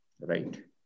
right